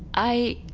i